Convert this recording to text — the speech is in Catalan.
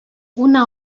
una